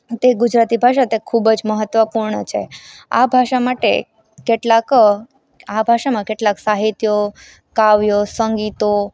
તે ગુજરાતી ભાષા તે ખૂબજ મહત્ત્વપૂર્ણ છે આ ભાષા માટે કેટલાક આ ભાષામાં કેટલાક સાહિત્યો કાવ્યો સંગીતો